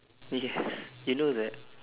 yes you know that